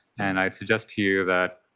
and i suggest to you that